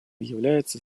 является